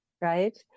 right